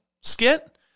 skit